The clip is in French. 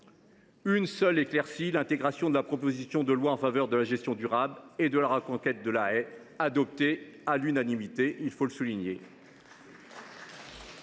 Une seule éclaircie : l’intégration de la proposition de loi en faveur de la gestion durable et de la reconquête de la haie, adoptée à l’unanimité. Concernant l’article